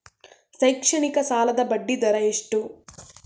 ಶೈಕ್ಷಣಿಕ ಸಾಲದ ಬಡ್ಡಿ ದರ ಎಷ್ಟು?